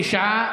שניים.